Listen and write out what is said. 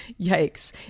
Yikes